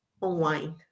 online